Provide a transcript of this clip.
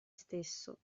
stesso